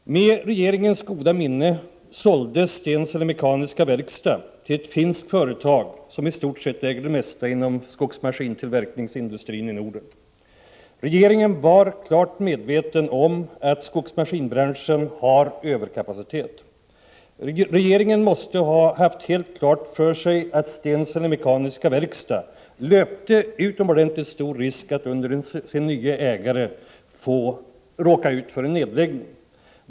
Med regeringens goda minne såldes Stensele Mekaniska Verkstad till ett finskt företag, som i stort sett äger det mesta inom skogsmaskinstillverkningsindustrin i Norden. Regeringen var mycket medveten om att skogsmaskinsbranschen har överkapacitet. Regeringen måste ha haft helt klart för sig att Stensele Mekaniska Verkstad löpte utomordentligt stor risk att under sin nye ägare råka ut för en nedläggning.